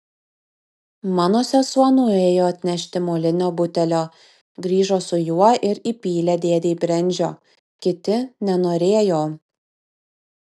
mano sesuo nuėjo atnešti molinio butelio grįžo su juo ir įpylė dėdei brendžio kiti nenorėjo